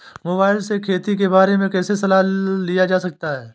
Mobile से खेती के बारे कैसे सलाह लिया जा सकता है?